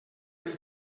pel